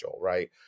right